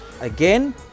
again